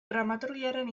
dramaturgiaren